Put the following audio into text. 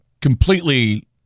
completely